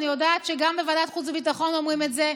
ואני יודעת שגם בוועדת חוץ וביטחון אומרים את זה: